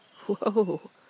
Whoa